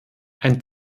ein